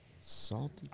Salty